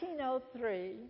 1903